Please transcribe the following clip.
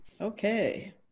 okay